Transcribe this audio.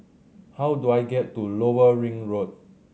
how do I get to Lower Ring Road